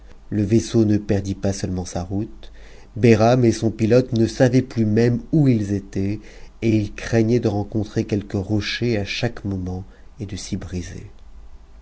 le vaisseau ne perdit pas seulement sa route behram et son pilote ne savaient plus même où ils étaient et ils craignaient de rencontrer quelque rocher à chaque moment et d's'y briser